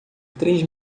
três